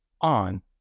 on